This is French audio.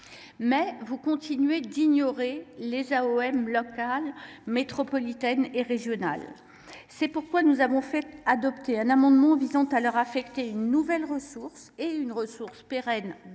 vous continuez d’ignorer les AOM locales, métropolitaines et régionales. C’est pourquoi nous avons adopté un amendement visant à leur affecter une nouvelle ressource, pérenne dès 2024 : une